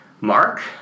Mark